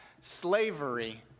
slavery